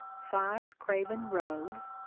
five craven road,